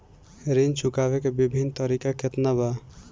ऋण चुकावे के विभिन्न तरीका केतना बा?